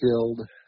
killed